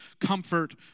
comfort